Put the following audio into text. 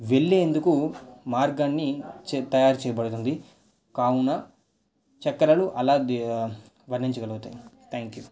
వెళ్ళేందుకు మార్గాన్ని చే తయారు చేయబడుతుంది కావున చక్రాలు అలా వర్ణించగలుగుతాయి థ్యాంక్ యూ